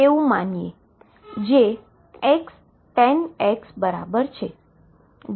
જેને આપણે Y કહીએ